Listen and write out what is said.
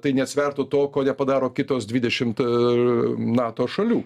tai neatsvertų to ko nepadaro kitos dvidešimt nato šalių